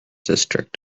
district